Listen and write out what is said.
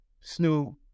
Snoop